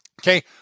Okay